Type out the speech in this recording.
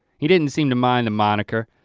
he didn't seem to mind the moniker,